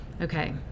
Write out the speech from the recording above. okay